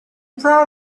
proud